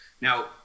Now